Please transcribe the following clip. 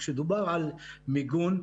כשדובר על מיגון,